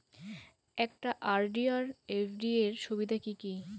একটা আর.ডি আর এফ.ডি এর সুবিধা কি কি?